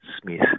Smith